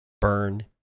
Burn